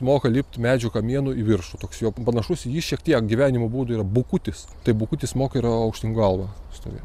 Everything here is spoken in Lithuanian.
moka lipt medžių kamienu į viršų toks jo panašus į jį šiek tiek gyvenimo būdu yra bukutis tai bukutis moka ir aukštyn galva stovėt